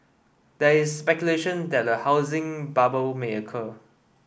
there is speculation that a housing bubble may occur